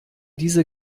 diese